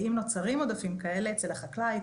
ואם נוצרים עודפים כאלה אצל החקלאי,